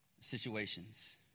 situations